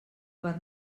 per